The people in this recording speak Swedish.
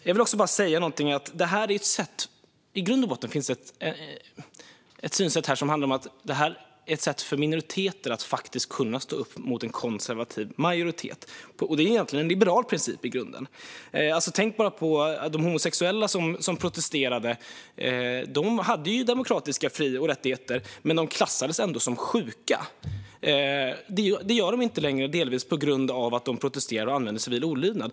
Jag vill också säga att det i grund och botten finns ett synsätt här som handlar om att detta är ett sätt för minoriteter att kunna stå upp mot en konservativ majoritet. Det är egentligen en liberal princip i grunden. Tänk bara på de homosexuella som protesterade. De hade demokratiska fri och rättigheter, men de klassades ändå som sjuka. Det gör de inte längre, delvis på grund av att de protesterade och använde civil olydnad.